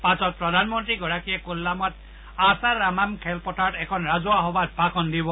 পাছত প্ৰধানমন্ৰীগৰাকীয়ে কোল্লামত আছাৰামাম খেলপথাৰত এখন ৰাজহুৱা সভাত ভাষণ দিব